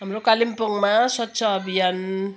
हाम्रो कालिम्पोङमा स्वच्छ अभियान